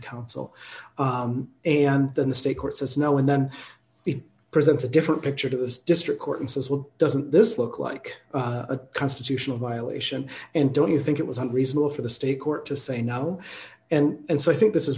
counsel and then the state court says no and then he presents a different picture to this district court and says well doesn't this look like a constitutional violation and don't you think it was unreasonable for the state court to say no and so i think this is